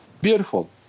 beautiful